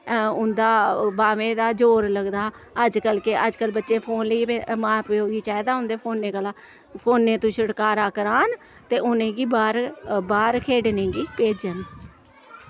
उं'दा बाह्में दा जोर लगदा हा अजकल्ल केह् अजकल्ल बच्चे फोन लेइयै मां प्योऽ गी चाहिदा उं'दे फोने कोला फोने तो छुटकारा करान ते उ'नें गी बाह्र बाह्र खेढने गी भेजन